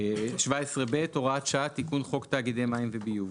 17 (ב) הוראת שעה תיקון חוק תאגידי מים וביוב.